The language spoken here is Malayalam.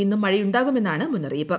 ഇന്നും മഴയുണ്ടാകുമെന്നാണ് മുന്നറിയിപ്പ്